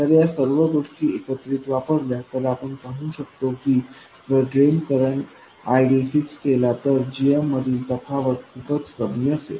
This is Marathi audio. तर या सर्व गोष्टी एकत्र वापरल्या तरआपण पाहू शकतो की जर ड्रेन करंट ID फिक्स केला तरgm मधील तफावत खूपच कमी असेल